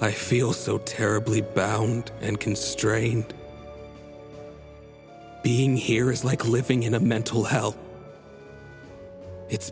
i feel so terribly bound and constrained being here is like living in a mental health it's